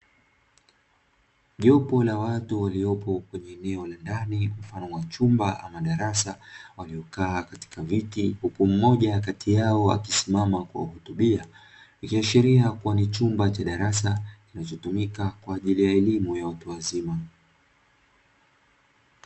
Jopo la watu waliopo kwenye eneo la ndani mfano wa chumba ama darasa waliokaa katika viti huku mmoja kati yao akisimama kuwahutubia, ikiashiria kuwa ni chumba cha darasa kinachotumika kwa ajili ya elimu ya watu wazima.